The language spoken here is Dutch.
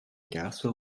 kaartspel